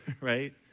right